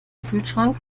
kühlschrank